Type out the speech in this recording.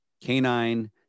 canine